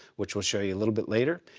which we'll show you a little bit later.